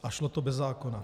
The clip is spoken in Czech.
A šlo to bez zákona.